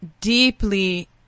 deeply